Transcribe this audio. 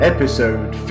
Episode